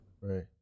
Right